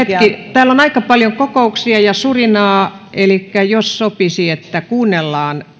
täällä on aika paljon kokouksia ja surinaa elikkä jos sopisi että kuunnellaan